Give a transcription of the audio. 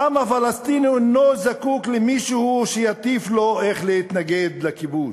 העם הפלסטיני אינו זקוק למישהו שיטיף לו איך להתנגד לכיבוש.